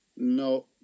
No